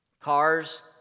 cars